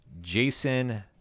Jason